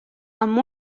amb